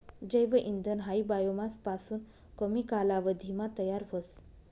जैव इंधन हायी बायोमास पासून कमी कालावधीमा तयार व्हस